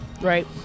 Right